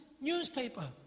newspaper